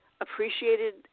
appreciated